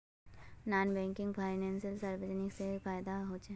Non banking financial services से की फायदा होचे?